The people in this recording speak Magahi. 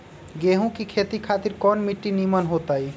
गेंहू की खेती खातिर कौन मिट्टी निमन हो ताई?